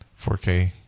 4K